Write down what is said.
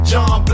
John